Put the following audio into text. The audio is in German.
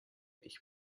ich